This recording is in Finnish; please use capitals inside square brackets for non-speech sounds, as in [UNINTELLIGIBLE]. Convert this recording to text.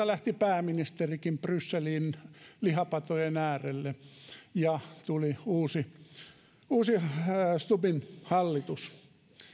[UNINTELLIGIBLE] lähti pääministerikin brysselin lihapatojen äärelle ja tuli uusi uusi stubbin hallitus